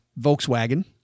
volkswagen